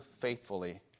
faithfully